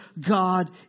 God